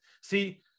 see